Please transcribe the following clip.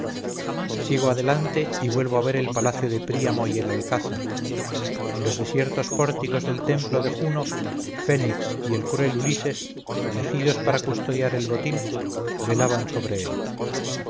sigo adelante y vuelvo a ver el palacio de príamo y el alcázar en los desiertos pórticos del templo de juno fénix y el cruel ulises elegidos para custodiar el botín velaban sobre él